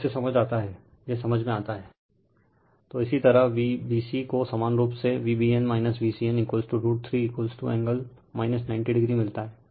Refer Slide Time 2750 तो इसी तरह Vbc को समान रूप से Vbn Vcn root 3 angle 90o मिलता है